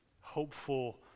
hopeful